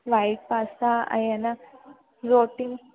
white pasta ऐं न रोटियूं